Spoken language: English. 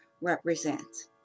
represents